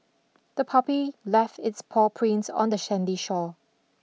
the puppy left its paw prints on the sandy shore